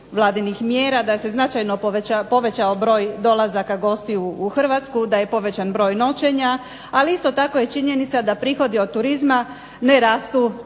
da se značajno povećao broj dolazaka gostiju u Hrvatsku, da je povećan broj noćenja, ali isto tako je činjenica da prihodi od turizma ne rastu tom